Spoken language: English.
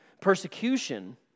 persecution